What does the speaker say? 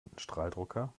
tintenstrahldrucker